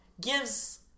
gives